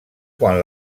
quan